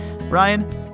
Ryan